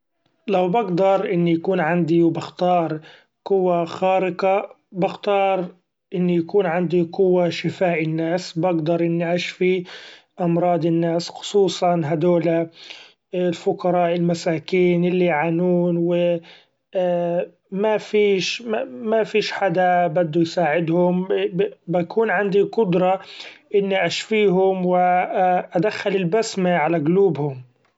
لو بقدر إني يكون عدي و بختار قوة خارقة بختار إني يكون عندي قوة شفاء الناس ، بقدر إني أشفي أمراض الناس خصوصا هدولا الفقراء المساكين اللي يعانون مفيش حدا بدو يساعدهم بيكون عندي قدرة إني أشفيهم و ادخل البسمة علي قلوبهم.